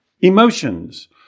emotions